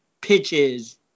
pitches